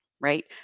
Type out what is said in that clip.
right